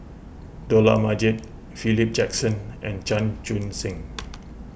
Dollah Majid Philip Jackson and Chan Chun Sing